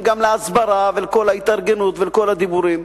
גם להסברה ולכל ההתארגנות ולכל הדיבורים,